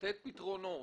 לתת פתרונות